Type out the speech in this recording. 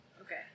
Okay